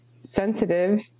sensitive